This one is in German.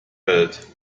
welt